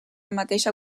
mateixa